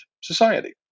society